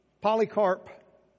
Polycarp